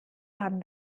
haben